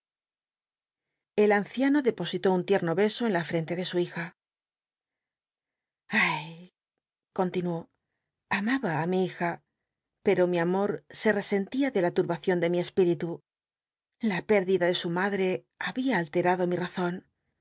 el anciano depositó un tiemo beso en la frenle de su hija ay continuó amaba á mi hija pero mi amor se rescn tia de la tu rbacion de mi e píl'itu la pérdida de su madre habia allcrado mi razon